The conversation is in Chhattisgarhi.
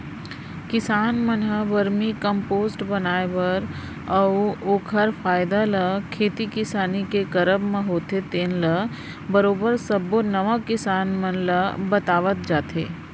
किसान मन ह वरमी कम्पोस्ट बनाए बर अउ ओखर फायदा ल खेती किसानी के करब म होथे तेन ल बरोबर सब्बो नवा किसान मन ल बतावत जात हे